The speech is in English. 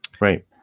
right